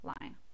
line